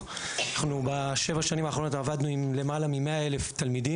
איום בהתאבדות או הליך פלילי המתנהל בבית המשפט,